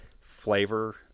flavor